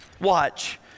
Watch